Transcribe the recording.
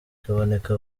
kaboneka